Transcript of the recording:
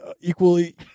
equally